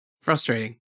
Frustrating